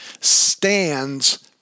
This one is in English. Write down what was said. stands